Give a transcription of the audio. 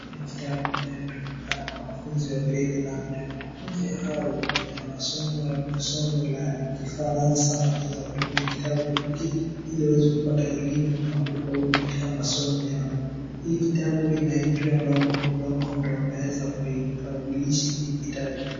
Hii ni kitabu inayotumika na wanafunzi wa gradi la nne. Wanafunzi hao, wenye wanasoma somo la Kifaransa wanaweza kutumia kitabu hiki ili waweze kupata elimu na kufaulu katika masomo yao. Hii kitabu inaitwa Longhorn, Longhorn ndio wameweza kui- publishi hii kitabu.